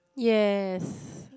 yes